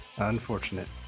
Unfortunate